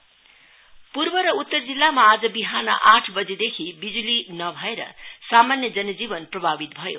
power supply पूर्व र उत्तर जिल्लामा आज विहान आठ बजेदेखि बिजुली नभएर सामान्य जनजीवन प्रभीवित भयो